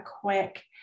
quick